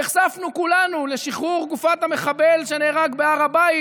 נחשפנו כולנו לשחרור גופת המחבל שנהרג בהר הבית,